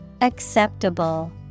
Acceptable